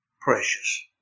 precious